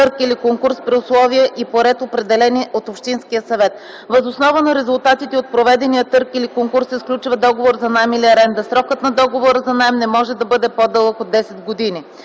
търг или конкурс при условия и по ред, определени от общинския съвет. Въз основа на резултатите от проведения търг или конкурс се сключва договор за наем или аренда. Срокът на договора за наем не може да бъде по-дълъг от 10 години.